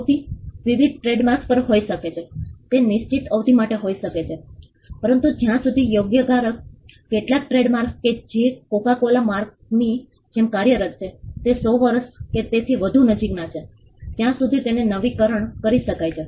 અવધિ વિવિધ ટ્રેડમાર્ક્સ પણ હોઈ શકે છે તે નિશ્ચિત અવધિ માટે હોઈ શકે છે પરંતુ જ્યાં સુધી યોગ્ય ધારક કેટલાક ટ્રેડમાર્ક્સ કે જે કોકા કોલા માર્કની જેમ કાર્યરત છે તે 100 વર્ષ કે તેથી વધુ નજીકના છે ત્યાં સુધી તેને નવીકરણ કરી શકાય છે